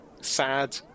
sad